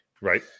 right